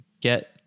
get